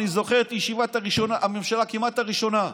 אני זוכר את ישיבת הממשלה כמעט הראשונה,